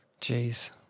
Jeez